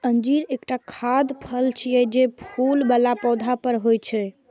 अंजीर एकटा खाद्य फल छियै, जे फूल बला पौधा पर होइ छै